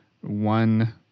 one